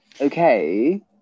Okay